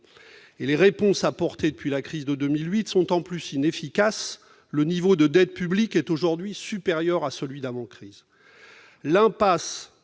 les réponses apportées depuis la crise de 2008 sont en plus inefficace, le niveau de dette publique est aujourd'hui supérieur à celui d'avant-crise